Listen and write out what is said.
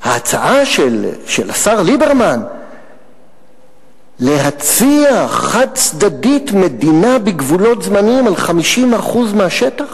ההצעה של השר ליברמן להציע חד-צדדית מדינה בגבולות זמניים על 50% מהשטח?